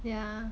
yeah